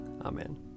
Amen